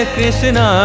Krishna